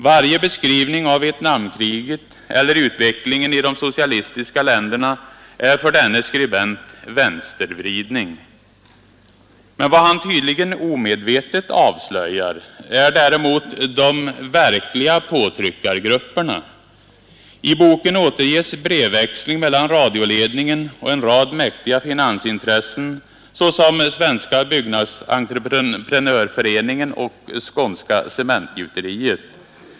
Varje beskrivning av Vietnamkriget eller utvecklingen i socialistiska länder är för denne skribent ”vänstervridning”. Vad han tydligen omedvetet avslöjar är däremot de verkliga påtryckargrupperna. I boken återges brevväxling mellan radioledningen och en rad mäktiga finansintressen, såsom Svenska byggnadsentreprenörföreningen och Skånska cementgjuteriet.